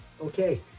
Okay